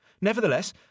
Nevertheless